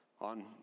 on